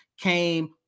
came